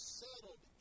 settled